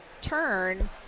turn